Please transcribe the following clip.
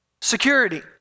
security